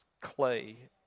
clay